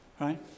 Right